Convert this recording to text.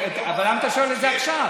אבל למה אתה שואל את זה עכשיו?